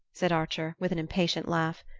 said archer with an impatient laugh.